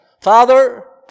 Father